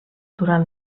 durant